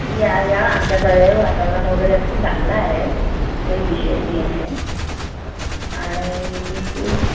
या या आमच्याकडे वातावरण वगैरे अगदी चांगलं आहे काही विषय नाही आहे आणि इथे